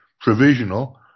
provisional